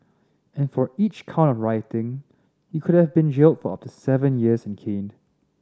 and for each count of rioting he could have been jailed for up to seven years and caned